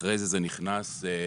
אחרי זה זה נכנס במולדת,